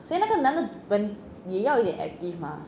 所以那个男的也要一点 active mah